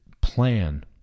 plan